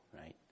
right